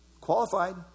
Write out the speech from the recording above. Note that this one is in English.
qualified